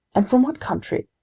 and from what country?